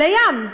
לים.